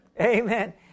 Amen